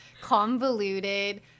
convoluted